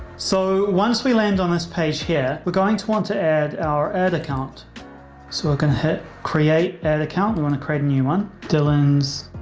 so once we land on this page here, we're going to want to add our ad account so it can hit create an account. we want to create a new one. dylan's